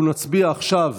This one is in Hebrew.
אנחנו נצביע עכשיו